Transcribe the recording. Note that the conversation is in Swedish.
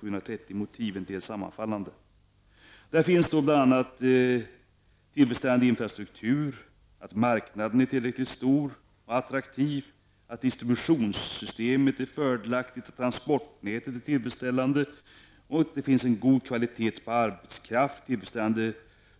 Bland motiven finns bl.a. tillräcklig infrastruktur, att den inhemska marknaden är tillräckligt stor och attraktiv, att distributionssystemet är fördelaktigt, att transportnätet är tillfredsställande, att det är god kvalitet på arbetskraften, tillfredsställande